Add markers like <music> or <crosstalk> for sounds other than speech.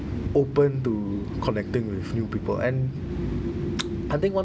open to connecting with new people and <noise> I think one